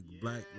black